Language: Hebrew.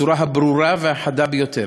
בצורה הברורה והחדה ביותר.